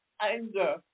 anger